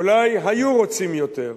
ואולי היו רוצים יותר,